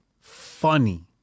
funny